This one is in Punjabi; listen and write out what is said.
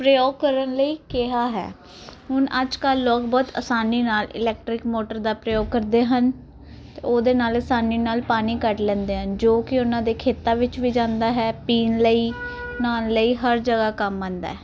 ਪ੍ਰਯੋਗ ਕਰਨ ਲਈ ਕਿਹਾ ਹੈ ਹੁਣ ਅੱਜ ਕੱਲ ਲੋਗ ਬਹੁਤ ਆਸਾਨੀ ਨਾਲ ਇਲੈਕਟਰਿਕ ਮੋਟਰ ਦਾ ਪ੍ਰਯੋਗ ਕਰਦੇ ਹਨ ਉਹਦੇ ਨਾਲ ਆਸਾਨੀ ਨਾਲ ਪਾਣੀ ਕੱਢ ਲੈਂਦੇ ਹਨ ਜੋ ਕਿ ਉਹਨਾਂ ਦੇ ਖੇਤਾਂ ਵਿੱਚ ਵੀ ਜਾਂਦਾ ਹੈ ਪੀਣ ਲਈ ਨਾਹਣ ਲਈ ਹਰ ਜਗਹਾ ਕੰਮ ਆਉਂਦਾ